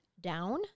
down